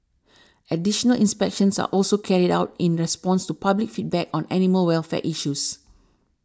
additional inspections are also carried out in response to public feedback on animal welfare issues